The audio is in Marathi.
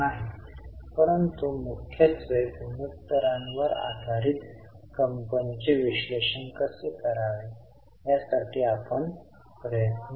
म्हणून मी येथे समायोजन म्हणून लिहिले आहे किंवा आपण कॅश फ्लो ची कोणतीही गोष्ट सांगू शकत नाही